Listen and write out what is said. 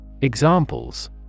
Examples